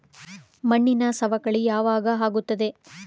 ಮಣ್ಣಿನ ಸವಕಳಿ ಯಾವಾಗ ಆಗುತ್ತದೆ?